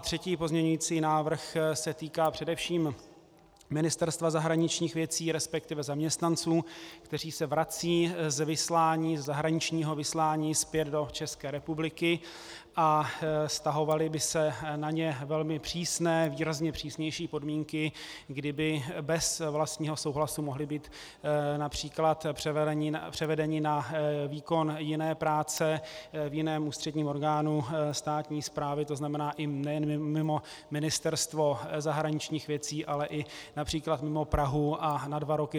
Třetí pozměňující návrh se týká především Ministerstva zahraničních věcí, respektive zaměstnanců, kteří se vracejí ze zahraničního vyslání zpět do České republiky, a vztahovaly by se na ně velmi přísné, výrazně přísnější podmínky, kdy by bez vlastního souhlasu mohli být například převedeni na výkon jiné práce v jiném ústředním orgánu státní správy, to znamená nejen mimo Ministerstvo zahraničních věcí, ale i například mimo Prahu, a na dva roky.